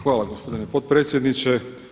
Hvala gospodine potpredsjedniče.